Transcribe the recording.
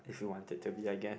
if you wanted to be a guest